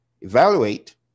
evaluate